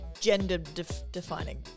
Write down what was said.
gender-defining